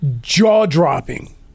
jaw-dropping